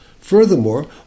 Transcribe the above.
Furthermore